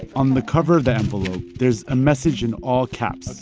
on the cover of the envelope, there's a message in all caps,